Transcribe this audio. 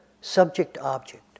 subject-object